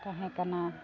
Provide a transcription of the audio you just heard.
ᱛᱟᱦᱮᱸ ᱠᱟᱱᱟ